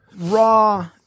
Raw